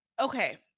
Okay